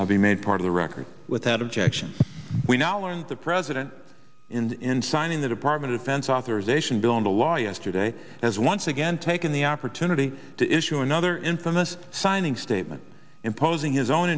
will be made part of the record without objection we now learned the president in signing the department of defense authorization bill into law yesterday as once again taking the opportunity to issue another infamous signing statement imposing his own